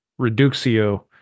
reduxio